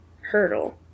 hurdle